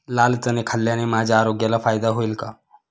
लाल चणे खाल्ल्याने माझ्या आरोग्याला फायदा होईल का?